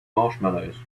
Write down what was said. marshmallows